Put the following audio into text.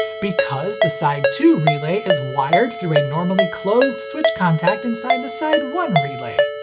because the side two relay is wired through a normally closed switch contact inside the side one relay.